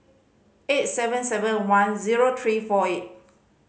eight seven seven one zero three four eight